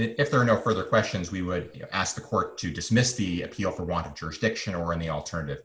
if there are no further questions we would ask the court to dismiss the appeal for want of jurisdiction or any alternative